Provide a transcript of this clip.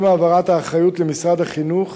עם העברת האחריות למשרד החינוך,